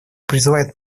призывает